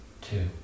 Two